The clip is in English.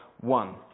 one